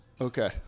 Okay